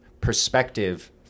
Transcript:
perspective